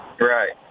Right